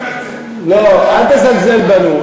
אל תזלזל בנו,